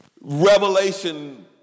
revelation